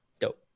dope